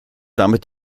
damit